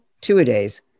two-a-days